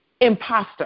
imposter